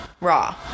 raw